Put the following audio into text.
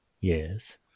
Yes